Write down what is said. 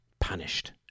punished